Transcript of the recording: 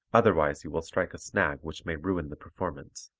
otherwise you will strike a snag which may ruin the performance.